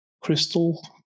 Crystal